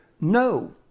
no